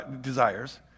desires